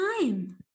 time